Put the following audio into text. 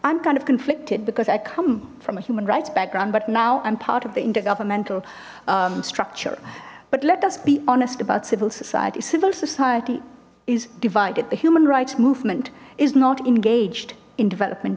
i'm kind of conflicted because i come from a human rights background but now i'm part of the intergovernmental structure but let us be honest about civil society civil society is divided the human rights movement is not engaged in development